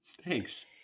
Thanks